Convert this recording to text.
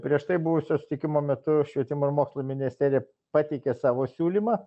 prieš tai buvusio susitikimo metu švietimo ir mokslo ministerija pateikė savo siūlymą